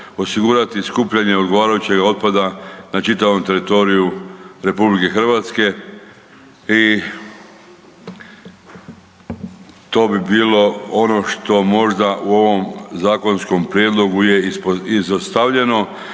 osigurati skupljanje odgovarajuće otpada na čitavom teritoriju RH i to bi bilo ono što možda u ovom zakonskom prijedlogu je izostavljeno.